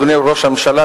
אדוני ראש הממשלה,